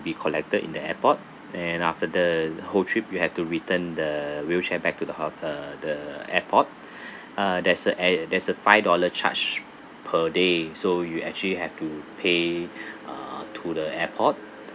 be collected in the airport and after the whole trip you have to return the wheelchair back to the ho~ uh the airport uh there's a eh there's a five dollar charge per day so you actually have to pay uh to the airport